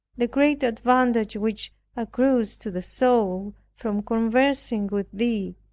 the great advantage which accrues to the soul from conversing with thee,